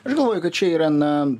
aš galvoju kad čia yra na